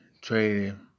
trading